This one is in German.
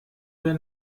wer